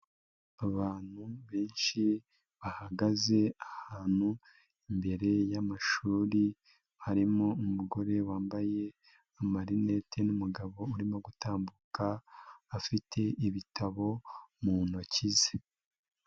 Abantu benshi, bahagaze ahantu imbere y'amashuri, harimo umugore wambaye amarinette n'umugabo urimo gutambuka, afite ibitabo mu ntoki ze.